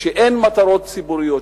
כשאין מטרות ציבוריות,